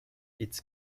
its